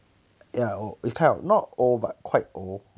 yeah oh it's kind of not old but quite old